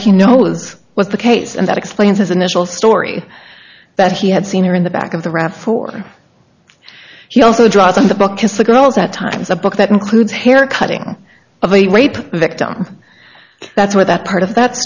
that he knows was the case and that explains his initial story that he had seen her in the back of the raf or he also draws on the book because the girls at times a book that includes hair cutting of a rape victim that's what that part of that